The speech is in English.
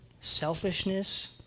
selfishness